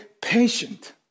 patient